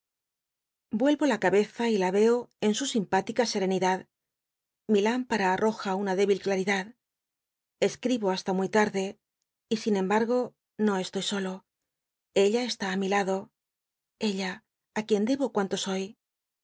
vuch'o la cabeza y la yeo en su simptilica serenidad mi lámpara al'l'oja una débil clatidad esctibo hasta muy tarde y sin embargo no estoy solo ella est i ti mi lado ella i quien debo cuanto soy